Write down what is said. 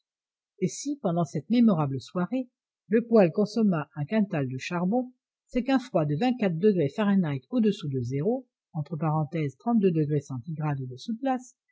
et si pendant cette mémorable soirée le poêle consomma un quintal de charbon c'est qu'un froid de vingt-quatre degrés fahrenheit au-dessous de zéro